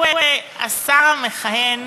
הוא השר המכהן